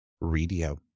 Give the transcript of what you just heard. Radio